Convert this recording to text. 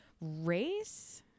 race